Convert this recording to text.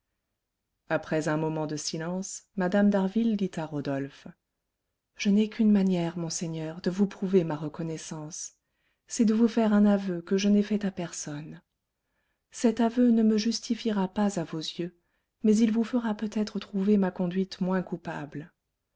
après un moment de silence mme d'harville dit à rodolphe je n'ai qu'une manière monseigneur de vous prouver ma reconnaissance c'est de vous faire un aveu que je n'ai fait à personne cet aveu ne me justifiera pas à vos yeux mais il vous fera peut-être trouver ma conduite moins coupable